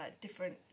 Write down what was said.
different